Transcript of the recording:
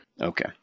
Okay